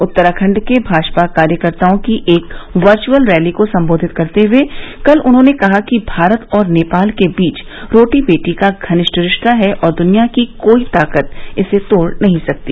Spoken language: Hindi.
उत्तराखंड के भाजपा कार्यकर्ताओं की एक वर्य्यअल रैली को संबोधित करते हुए कल उन्होंने कहा कि भारत और नेपाल के बीच रोटी बेटी का घनिष्ठ रिश्ता है और द्निया की कोई ताकत इसे तोड़ नहीं सकती